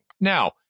Now